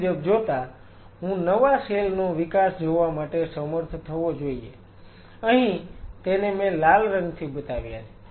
તે મુજબ જોતા હું નવા સેલ નો વિકાસ જોવા માટે સમર્થ થવો જોઈએ અહી તેને મેં લાલ રંગથી બતાવ્યા છે